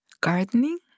gardening